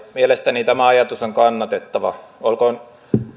mielestäni tämä ajatus on kannatettava